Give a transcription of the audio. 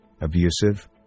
abusive